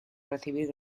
recibir